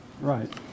Right